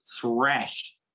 thrashed